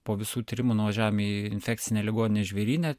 po visų tyrimų nuvažiavom į infekcinę ligoninę žvėryne